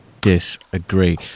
disagree